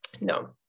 No